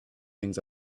things